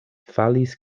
falis